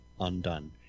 undone